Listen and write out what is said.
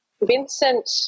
Vincent